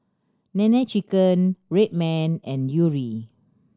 Nene Chicken Red Man and Yuri